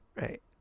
right